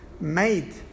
made